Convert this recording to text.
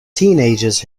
teenagers